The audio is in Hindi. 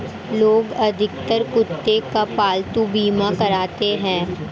लोग अधिकतर कुत्ते का पालतू बीमा कराते हैं